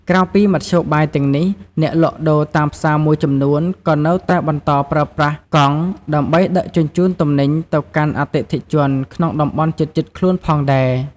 ក្រៅពីមធ្យោបាយទាំងនេះ អ្នកលក់ដូរតាមផ្សារមួយចំនួនក៏នៅតែបន្តប្រើប្រាស់កង់ដើម្បីដឹកជញ្ជូនទំនិញទៅកាន់អតិថិជនក្នុងតំបន់ជិតៗខ្លួនផងដែរ។